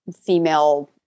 female